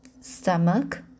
stomach